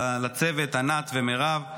לצוות ענת ומירב,